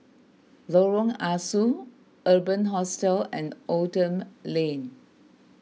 Lorong Ah Soo Urban Hostel and Oldham Lane